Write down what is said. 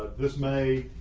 this may,